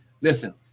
Listen